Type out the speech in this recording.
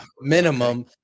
minimum